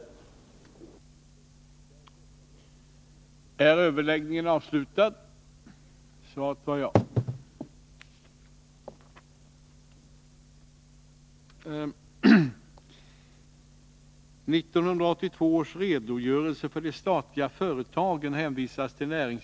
Meddelande om